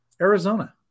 Arizona